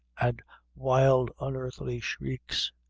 and wild unearthly shrieks,